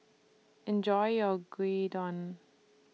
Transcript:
Enjoy your Gyudon